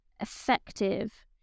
effective